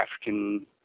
African